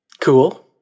Cool